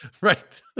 Right